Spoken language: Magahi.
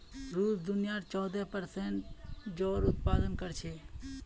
रूस दुनियार चौदह प्परसेंट जौर उत्पादन कर छेक